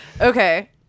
Okay